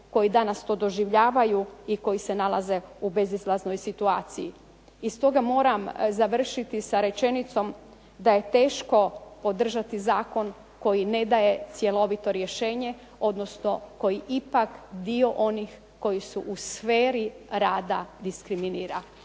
koji to danas doživljavaju i koji se nalaze u bezizlaznoj situaciji. I stoga moram završiti sa rečenicom da je teško podržati zakon koji ne daje cjelovito rješenje odnosno koji ipak dio onih koji su u sferi rada diskriminira.